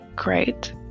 great